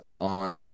on